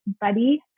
buddy